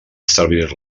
establir